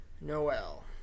Noel